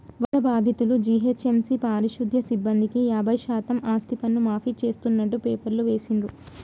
వరద బాధితులు, జీహెచ్ఎంసీ పారిశుధ్య సిబ్బందికి యాభై శాతం ఆస్తిపన్ను మాఫీ చేస్తున్నట్టు పేపర్లో వేసిండ్రు